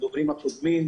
תקופה לא רגילה.